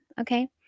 okay